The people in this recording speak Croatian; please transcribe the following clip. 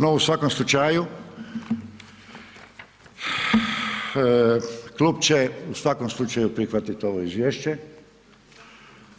No u svakom slučaju, klub će u svakom slučaju prihvatit ovo izvješće